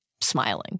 smiling